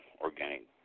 organic